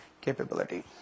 capability